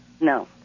No